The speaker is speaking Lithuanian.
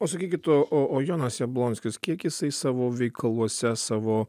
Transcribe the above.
o sakykit o o o jonas jablonskis kiek jisai savo veikaluose savo